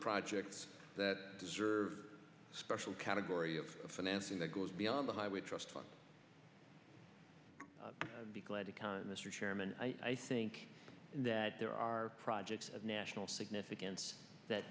projects that deserve special category of financing that goes beyond the highway trust fund be glad account mr chairman i think that there are projects of national significance that